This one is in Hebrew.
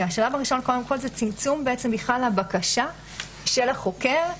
השלב הראשון הוא צמצום הבקשה של החוקר מהנפגע,